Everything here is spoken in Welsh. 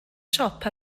siop